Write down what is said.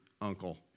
uncle